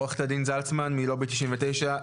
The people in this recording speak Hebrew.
עוה"ד זלצמן מלובי 99,